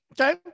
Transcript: Okay